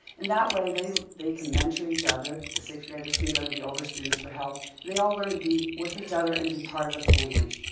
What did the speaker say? and that way they they can mentor each other. the sixth graders can go to the older students for help and they all learn to be with each other and be part of a family.